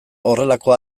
horrelako